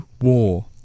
war